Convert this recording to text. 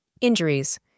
Injuries